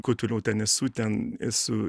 kuo toliau ten esu ten esu